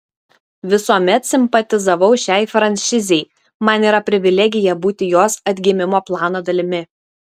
visuomet simpatizavau šiai franšizei man yra privilegija būti jos atgimimo plano dalimi